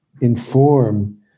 inform